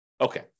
Okay